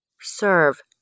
Serve